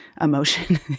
emotion